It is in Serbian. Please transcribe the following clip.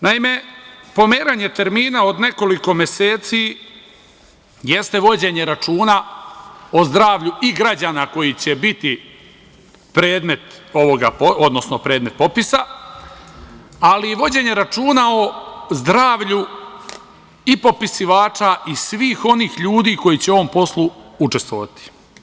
Naime, pomeranje termina od nekoliko meseci jeste vođenje računa o zdravlju i građana koji će biti predmet popisa, ali i vođenje računa o zdravlju i popisivača i svih onih ljudi koji će u ovom poslu učestvovati.